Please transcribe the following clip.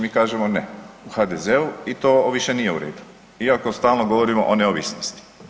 Mi kažemo ne u HDZ-u i to više nije u redu iako stalno govorimo o neovisnosti.